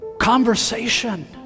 conversation